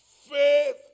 faith